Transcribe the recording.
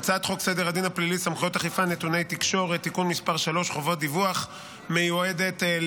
מסקנות ועדת הכספים בעקבות דיון מהיר בהצעתם